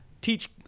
teach